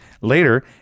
Later